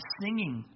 singing